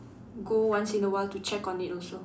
go once in a while to check on it also